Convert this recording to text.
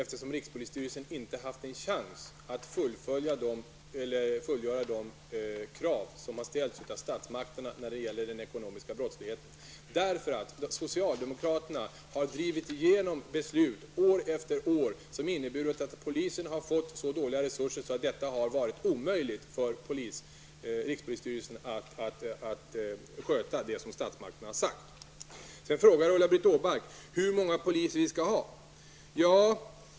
Den har inte haft en chans att uppfylla de krav som ställts av statsmakterna när det gäller den ekonomiska brottsligheten, eftersom socialdemokraterna år efter år har drivit igenom beslut om nedskärningar av polisresurserna. Sedan frågar Ulla-Britt Åbark hur många poliser vi skall ha.